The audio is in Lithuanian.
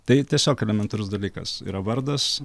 tai tiesiog elementarus dalykas yra vardas